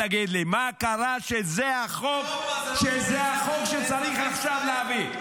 תגיד לי מה קרה שזה החוק שצריך עכשיו להעביר?